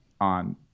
on